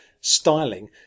styling